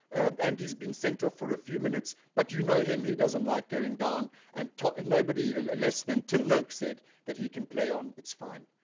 and he's been sent off for a few minutes, but you know him, he doesn't like going down. and and nobody ah less than tim noakes said that he can play on, it's fine.